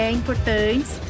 importantes